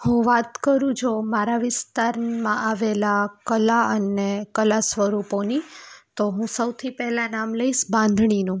હું વાત કરું છું જો મારા વિસ્તારમાં આવેલાં કલા અને કલા સ્વરૂપોની તો હું સૌથી પહેલાં નામ લઈશ બાંધણીનું